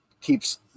keeps